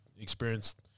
Experienced